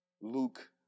Luke